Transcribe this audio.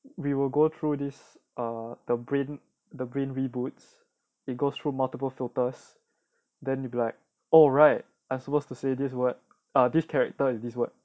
we will go through this err the brain the brain reboots it goes through multiple filters then it will be oh right I'm supposed to say this word this character is this word